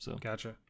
Gotcha